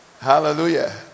Hallelujah